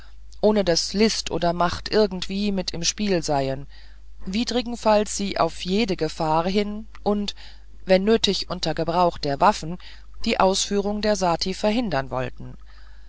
ohne daß list oder macht irgendwie mit im spiele sei widrigenfalls sie auf jede gefahr hin und wenn nötig unter gebrauch der waffen die ausführung der sati verhindern wollten